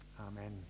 amen